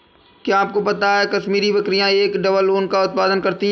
क्या आपको पता है कश्मीरी बकरियां एक डबल ऊन का उत्पादन करती हैं?